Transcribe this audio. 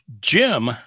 Jim